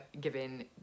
given